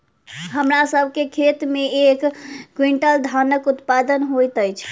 हमरा सभ के खेत में एक क्वीन्टल धानक उत्पादन होइत अछि